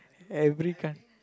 every country